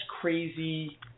crazy